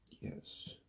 Yes